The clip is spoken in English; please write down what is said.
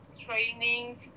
training